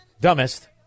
Dumbest